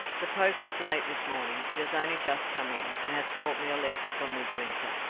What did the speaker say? the post is late this morning. it has only just come in, and has brought me a letter from midwinter.